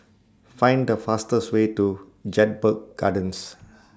Find The fastest Way to Jedburgh Gardens